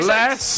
Less